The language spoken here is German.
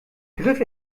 griff